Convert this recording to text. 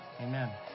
Amen